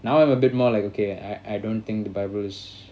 now I'm a bit more like okay I I don't think the bible is